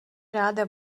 ráda